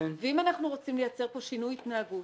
אם אנחנו רוצים לייצר כאן שינוי התנהגות,